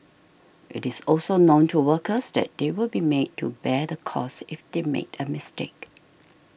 it is also known to workers that they will be made to bear the cost if they make a mistake